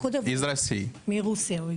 אז זו אמירה שלא צריכה